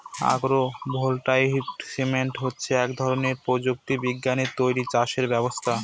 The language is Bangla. আগ্র ভোল্টাইক সিস্টেম হচ্ছে এক ধরনের প্রযুক্তি বিজ্ঞানে তৈরী চাষের ব্যবস্থা